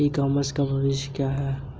ई commerce का भविष्य क्या है?